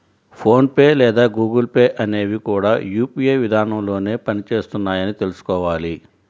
phone pay లేదా Google Pay అనేవి కూడా యూ.పీ.ఐ విధానంలోనే పని చేస్తున్నాయని తెల్సుకోవాలి